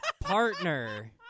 partner